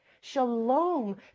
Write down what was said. Shalom